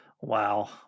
Wow